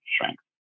strength